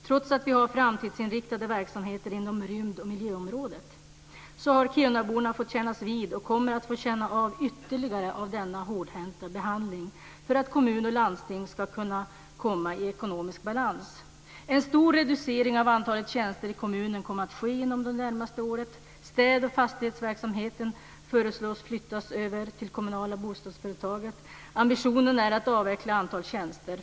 Trots att vi har framtidsinriktade verksamheter inom rymd och miljöområdet har kirunaborna fått känna av, och kommer ytterligare att få känna av, denna hårdhänta behandling för att kommun och landsting ska kunna komma i ekonomisk balans. En stor reducering av antalet tjänster i kommunen kommer att ske inom de närmaste åren. Städ och fastighetsverksamheten föreslås flyttas över till det kommunala bostadsföretaget. Ambitionen är att avveckla ett antal tjänster.